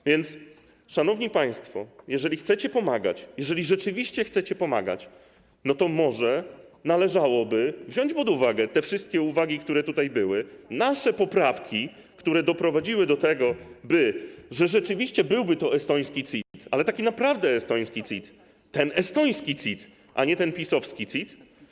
A więc, szanowni państwo, jeżeli chcecie pomagać, jeżeli rzeczywiście chcecie pomagać, to może należałoby wziąć pod uwagę te wszystkie uwagi, które tutaj były, nasze poprawki, które doprowadziłyby do tego, że rzeczywiście byłby to estoński CIT, ale taki naprawdę estoński CIT, ten estoński CIT, a nie ten PiS-owski CIT.